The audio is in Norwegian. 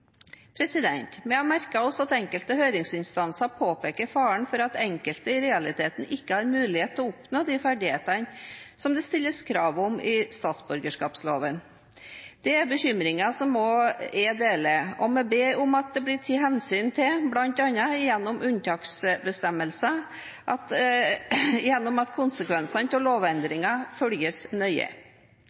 har merket oss at enkelte høringsinstanser påpeker faren for at enkelte i realiteten ikke har mulighet til å oppnå de ferdigheter som det stilles krav om i statsborgerskapsloven. Det er bekymringer jeg også deler, og vi ber om at det blir tatt hensyn til, bl.a. gjennom at konsekvensene av lovendringene følges nøye.